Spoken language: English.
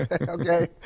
okay